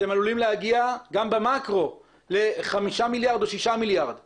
אתם עלולים להגיע גם במקרו לחמישה מיליארד או לשישה מיליארד שקלים.